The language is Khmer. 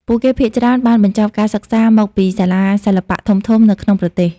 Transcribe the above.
ពួកគេភាគច្រើនបានបញ្ចប់ការសិក្សាមកពីសាលាសិល្បៈធំៗនៅក្នុងប្រទេស។